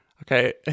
Okay